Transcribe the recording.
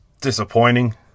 disappointing